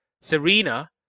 Serena